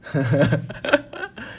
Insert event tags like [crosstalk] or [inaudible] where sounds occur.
[laughs]